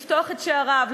לפתוח את שעריו,